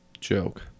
joke